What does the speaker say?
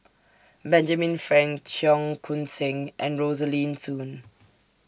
Benjamin Frank Cheong Koon Seng and Rosaline Soon